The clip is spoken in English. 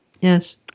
yes